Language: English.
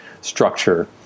structure